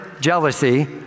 jealousy